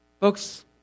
Folks